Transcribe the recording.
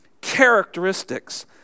characteristics